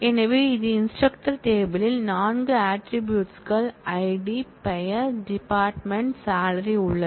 எனவே இது instructor table யில் 4 ஆட்ரிபூட்ஸ் கள் ஐடி பெயர் டிபார்ட்மென்ட் சாலரி உள்ளது